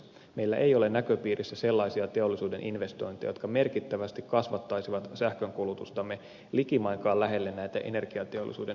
meillä ei ole näköpiirissä sellaisia teollisuuden investointeja jotka merkittävästi kasvattaisivat sähkönkulutustamme likimainkaan lähelle näitä energiateollisuuden esittämiä lukuja